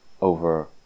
over